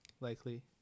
likely